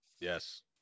Yes